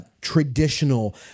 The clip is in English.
traditional